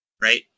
right